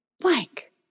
blank